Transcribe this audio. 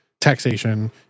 taxation